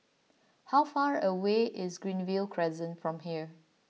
how far away is Greenview Crescent from here